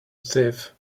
thief